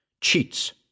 Cheats